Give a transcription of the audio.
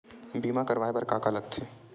बीमा करवाय बर का का लगथे?